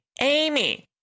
Amy